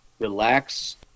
relax